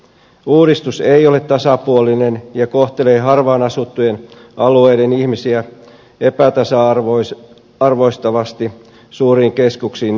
uudistus ei ole tasapuolinen ja kohtelee harvaan asuttujen alueiden ihmisiä epätasa arvoistavasti suuriin keskuksiin nähden